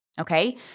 okay